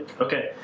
Okay